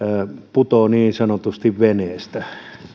putoaa niin sanotusti veneestä